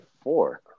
four